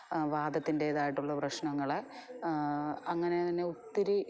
വാദത്തിൻറേതായിട്ടുള്ള പ്രശ്നങ്ങൾ അങ്ങനെ തന്നെ ഒത്തിരി